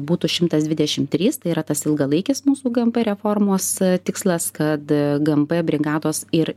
būtų šimtas dvidešim trys tai yra tas ilgalaikis mūsų gmp reformos tikslas kad gmp brigados ir